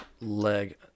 Leg